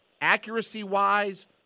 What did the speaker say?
accuracy-wise